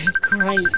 great